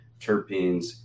terpenes